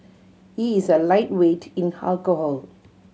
he is a lightweight in alcohol